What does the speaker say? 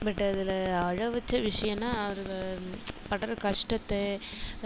but அதில் அழ வச்ச விஷயம்ன்னா அதில் படுற கஷ்டத்தை